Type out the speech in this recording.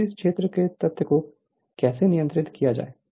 series क्षेत्र के तथ्य को कैसे नियंत्रित किया जाए